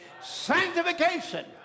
sanctification